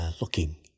looking